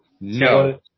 No